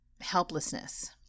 helplessness